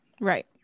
right